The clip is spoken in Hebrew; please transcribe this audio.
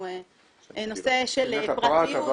נושא של פרטיות.